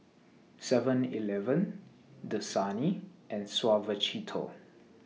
Seven Eleven Dasani and Suavecito